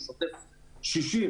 לשוטף שישים